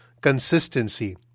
Consistency